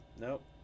Nope